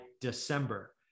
December